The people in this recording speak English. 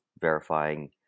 verifying